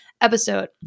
episode